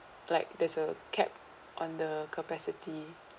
like there's a cap on the capacity